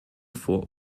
vor